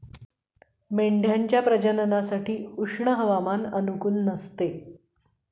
मेंढ्यांच्या प्रजननासाठी उष्ण हवामान अनुकूल नसते